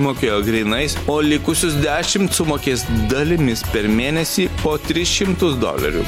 mokėjo grynais o likusius dešimt sumokės dalimis per mėnesį po tris šimtus dolerių